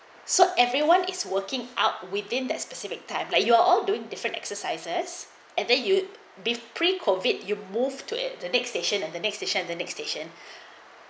so everyone is working out within that specific type like you're all doing different exercises and then you'd be pre convict you move to the next station and the next to shed the next station